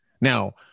Now